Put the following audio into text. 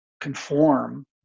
conform